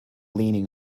leaning